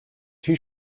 two